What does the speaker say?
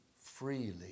freely